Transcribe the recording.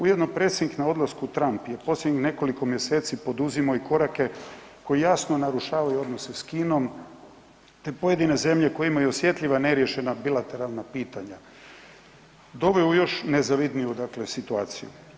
Ujedno predsjednik na odlasku Trump je posljednjih nekoliko mjeseci poduzimao i korake koji jasno narušavaju odnose s Kinom, te pojedine zemlje koje imaju osjetljiva neriješena bilateralna pitanja doveo još u nezavidniju dakle situaciju.